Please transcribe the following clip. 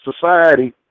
society